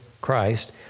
Christ